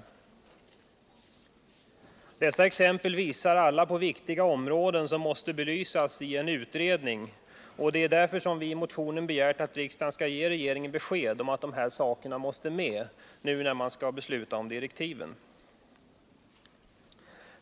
Alla dessa exempel pekar på viktiga områden som måste belysas i en utredning, och det är därför som vi i motionen begärt att riksdagen skall ge regeringen besked om att dessa saker måste med när man skall besluta om direktiven.